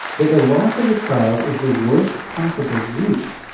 that the loss of a child is the worst possible grief,